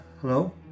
hello